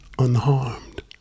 unharmed